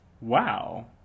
wow